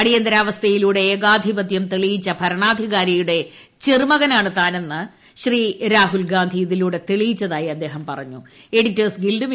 അടിയന്തരാവസ്ഥയിലൂടെ ഏകാധിപതൃം തെളിയിട്ട് ഭരണാധികാരിയുടെ ചെറുമകനാണ് താനെന്ന് രാഹുൽ ഗാന്ധി ഇതിലൂടെ തെളിയിച്ചതായി അദ്ദേഹം പറഞ്ഞു